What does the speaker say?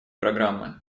программы